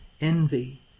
envy